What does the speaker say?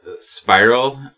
spiral